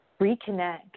reconnect